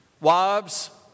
wives